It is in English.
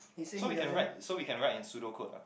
so we can write so we can write in pseudo code ah